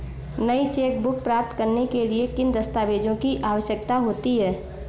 नई चेकबुक प्राप्त करने के लिए किन दस्तावेज़ों की आवश्यकता होती है?